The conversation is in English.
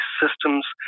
systems